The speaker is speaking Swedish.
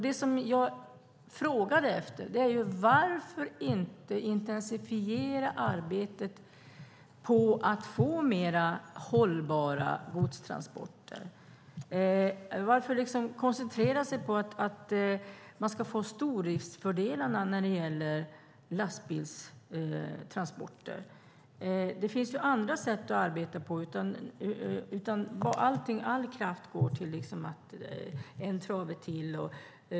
Det som jag frågade efter var varför man inte intensifierar arbetet med att få mer hållbara godstransporter. Varför koncentrerar man sig på att man ska få stordriftsfördelarna när det gäller lastbilstransporter? Det finns andra sätt att arbeta på. All kraft går till En Trave Till.